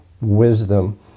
wisdom